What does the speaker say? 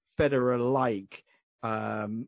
Federer-like